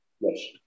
Yes